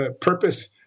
purpose